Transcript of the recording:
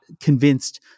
convinced